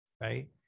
right